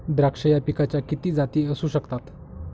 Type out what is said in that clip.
द्राक्ष या पिकाच्या किती जाती असू शकतात?